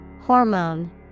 Hormone